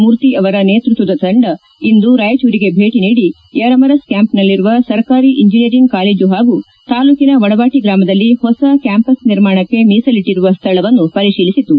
ಮೂರ್ತಿ ಅವರ ನೇತೃತ್ವದ ತಂಡ ಇಂದು ರಾಯಚೂರಿಗೆ ಭೇಟಿ ನೀಡಿ ಯರಮರಸ್ ಕ್ನಾಂಪ್ನಲ್ಲಿರುವ ಸರ್ಕಾಂ ಇಂಜನೀಯರಿಂಗ್ ಕಾಲೇಜು ಹಾಗೂ ತಾಲೂಕಿನ ವಡವಾಟ ಗ್ರಾಮದಲ್ಲಿ ಹೊಸ ಕ್ನಾಂಪಸ್ ನಿರ್ಮಾಣಕ್ಕೆ ಮೀಸಲಿಟ್ಟರುವ ಸ್ಥಳವನ್ನು ಪರಿತೀಲಿಸಿತು